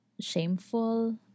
shameful